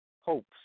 hopes